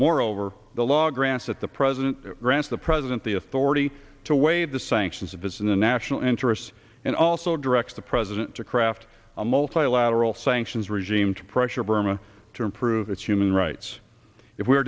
moreover the law grants that the president grants the president the authority to waive the sanctions if it's in the national interests and also directs the president to craft a multilateral sanctions regime to pressure burma to improve its human rights if we are